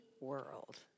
world